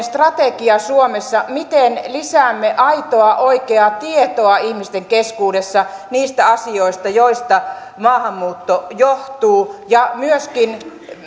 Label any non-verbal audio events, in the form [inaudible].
[unintelligible] strategia suomessa miten lisäämme aitoa oikeaa tietoa ihmisten keskuudessa niistä asioista joista maahanmuutto johtuu myöskin